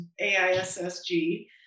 AISSG